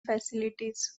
facilities